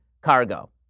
cargo